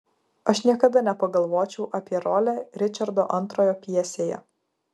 aš niekada nepagalvočiau apie rolę ričardo ii pjesėje